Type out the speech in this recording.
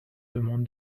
demande